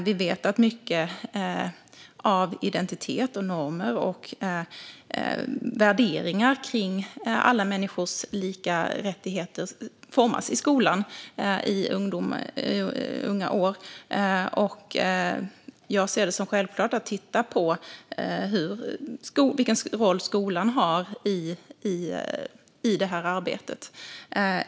Vi vet att mycket av identitet, normer och värderingar kring alla människors lika rättigheter formas i skolan i unga år, och jag ser det som självklart att titta på vilken roll skolan har i detta arbete.